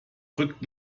drückt